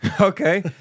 Okay